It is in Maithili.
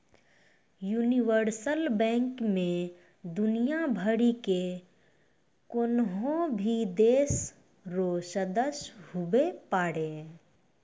यूनिवर्सल बैंक मे दुनियाँ भरि के कोन्हो भी देश रो सदस्य हुवै पारै